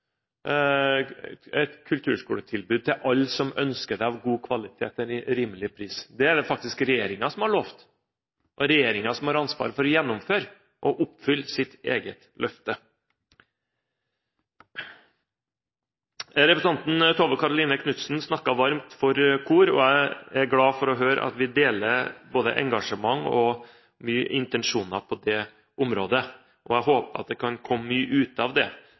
det, av god kvalitet og til rimelig pris. Det er det faktisk regjeringen som har lovet, og det er regjeringen som har ansvaret for å gjennomføre og oppfylle sitt eget løfte. Representanten Tove Karoline Knutsen snakket varmt for kor, og jeg er glad for å høre at vi deler både engasjement og intensjoner på det området. Jeg håper at det kan komme mye ut av